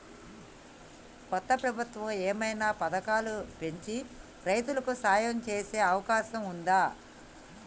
కొత్త ప్రభుత్వం ఏమైనా పథకాలు పెంచి రైతులకు సాయం చేసే అవకాశం ఉందా?